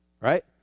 Right